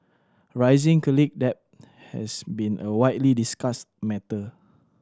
rising debt has been a widely discussed matter